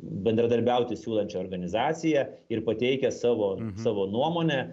bendradarbiauti siūlančią organizaciją ir pateikia savo savo nuomonę